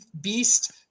beast